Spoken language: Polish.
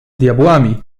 diabłami